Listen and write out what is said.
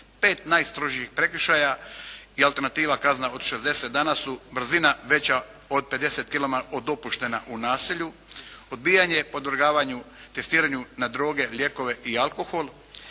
Pet najstrožih prekršaja i alternativna kazna od 60 dana su brzina veća od 50 kilometara od dopuštene u naselju. Odbijanje podvrgavanju, testiranju na droge, lijekove i alkohol,